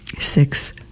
Six